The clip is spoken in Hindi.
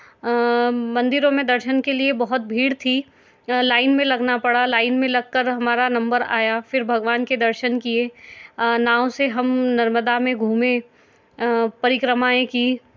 मंदिरों में दर्शन के लिए बहुत भीड़ थी लाइन में लगना पड़ा लाइन में लग कर हमारा नंबर आया फिर भगवान के दर्शन किए नाव से हम नर्मदा में घूमें परिक्रमाएँ की